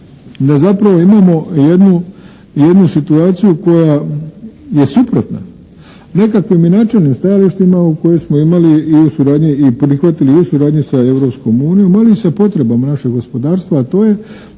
da zapravo imamo jednu situaciju koja je suprotna nekakvim načelnim stajališta u koje smo imali i u suradnji i prihvatili i u suradnji sa Europskom unijom, ali i sa potrebom našeg gospodarstva, a to je